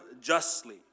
justly